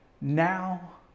now